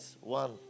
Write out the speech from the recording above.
One